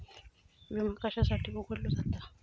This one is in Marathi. विमा कशासाठी उघडलो जाता?